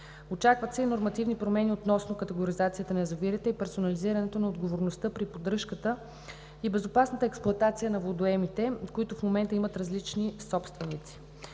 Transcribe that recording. Очакват се нормативни промени относно категоризацията на язовирите, персонализирането на отговорността при поддръжката и безопасната експлоатация на водоемите, които в момента имат различни собственици.